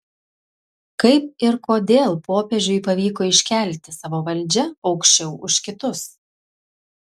kaip ir kodėl popiežiui pavyko iškelti savo valdžią aukščiau už kitus